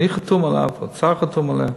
אני חתום עליו, האוצר חתום עליו.